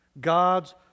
God's